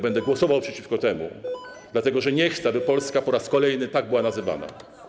Będę głosował przeciwko temu, dlatego że nie chcę, aby Polska po raz kolejny tak była nazywana.